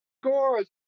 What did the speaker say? scores